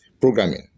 programming